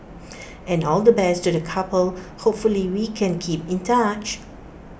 and all the best to the couple hopefully we can keep in touch